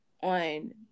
on